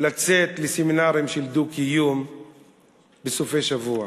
לצאת לסמינרים של דו-קיום בסופי שבוע.